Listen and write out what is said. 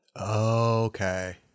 Okay